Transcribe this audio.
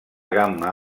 gamma